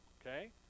Okay